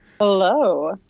Hello